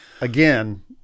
again